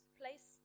place